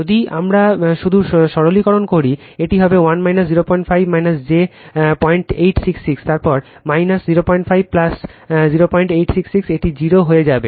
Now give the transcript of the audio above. যদি আমরা শুধু সরলীকরণ করি এটি হবে 1 05 j 0866 তারপর 05 j 0866 এটি 0 হয়ে যাবে